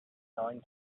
selling